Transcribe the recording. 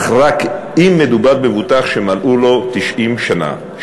אך רק אם מדובר במבוטח שמלאו לו 90 שנים.